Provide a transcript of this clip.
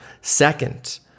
Second